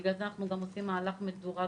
בגלל זה אנחנו עושים מהלך מדורג,